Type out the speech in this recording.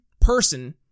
person